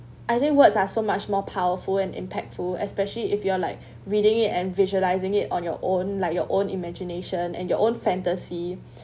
I think words are so much more powerful and impactful especially if you are like reading it and visualizing it on your own like your own imagination and your own fantasy